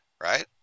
right